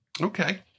Okay